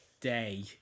day